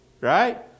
Right